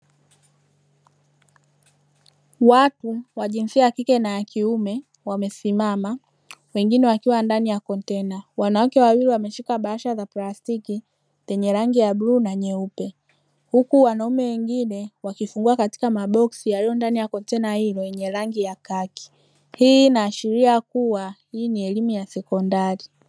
Watu wa jinsia ya kike na kiume wamesimama wengine wakiwa ndani ya kontena. Wanawake wawili wameshika bahasha za plastiki zenye rangi ya bluu na nyeupe, huku wanaume wengine wakifungua katika maboksi yaliyo ndani ya kontena hilo lenye rangi ya kaki. Hii inaashiria kuwa hii ni elimu ya sekondari.